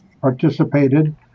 participated